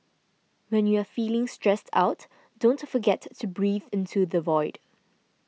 when you are feeling stressed out don't forget to breathe into the void